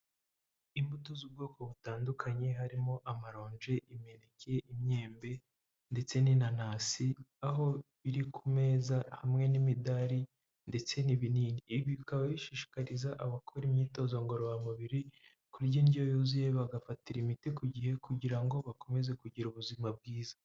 Imbuto z'ubwoko butandukanye, harimo amaronji ,imeneke, imyembe ndetse n'inanasi, aho biri ku meza hamwe n'imidari ndetse n' ibinini. Ibi bikaba bishishikariza abakora imyitozo ngororamubiri, kurya indyo yuzuye bagafatira imiti ku gihe kugira ngo bakomeze kugira ubuzima bwiza